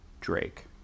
Drake